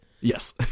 yes